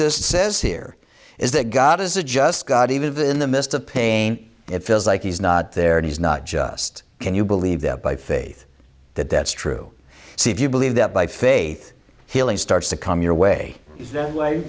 this says here is that god is a just god even in the midst of pain it feels like he's not there and he's not just can you believe that by faith that that's true see if you believe that by faith healing starts to come your way